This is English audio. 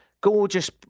Gorgeous